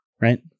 right